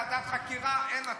אין ועדת חקירה, אין הצבעות.